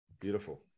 beautiful